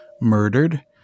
murdered